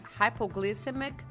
hypoglycemic